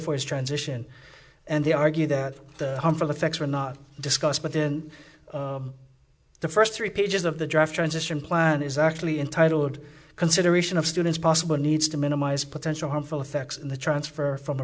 his transition and they argue that the harmful effects were not discussed but then the first three pages of the draft transition plan is actually in title would consideration of students possible needs to minimise potential harmful effects in the transfer from a